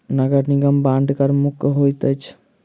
नगर निगम बांड कर मुक्त होइत अछि